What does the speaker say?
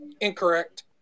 Incorrect